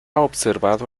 observado